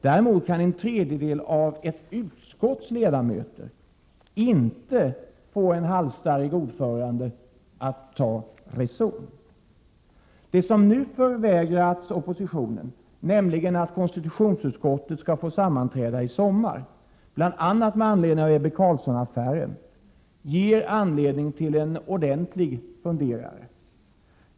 Däremot kan en tredjedel av ett utskotts ledamöter inte få en halsstarrig ordförande att ta reson. Det som nu förvägrats oppositionen, nämligen att konstitutionsutskottet skall få sammanträda i sommar bl.a. med anledning av Ebbe Carlssonaffären, ger anledning till en ordentlig funderare.